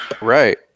Right